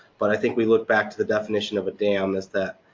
but i think we look back to the definition of a dam is that,